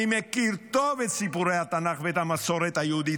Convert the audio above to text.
אני מכיר טוב את סיפורי התנ"ך ואת המסורת היהודית.